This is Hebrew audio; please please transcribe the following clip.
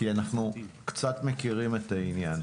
כי אנחנו קצת מכירים את העניין.